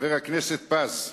חבר הכנסת פז,